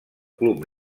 club